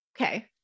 Okay